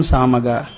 Samaga